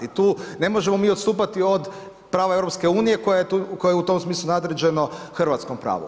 I tu ne možemo mi odstupati od prava EU kojoj je u tom smislu nadređeno hrvatskom pravu.